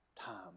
time